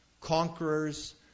conquerors